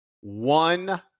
one